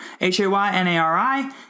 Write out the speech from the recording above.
H-A-Y-N-A-R-I